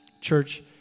Church